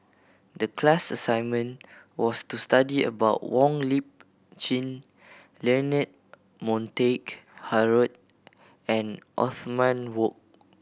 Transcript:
the class assignment was to study about Wong Lip Chin Leonard Montague Harrod and Othman Wok